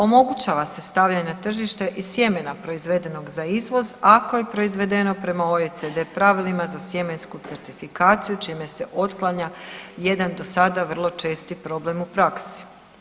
Omogućava se stavljanje na tržište i sjemena proizvedenog za izvoz ako je proizvedeno prema OECD pravilima za sjemensku certifikaciju čime se otklanja jedan do sada vrlo česti problem u praksi.